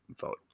vote